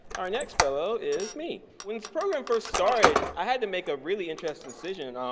our next fellow is me. when program first started, i had to make a really interesting decision, um